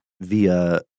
via